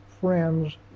friends